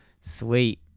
sweet